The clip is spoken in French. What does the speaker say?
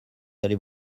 allez